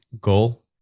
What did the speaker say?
goal